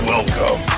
Welcome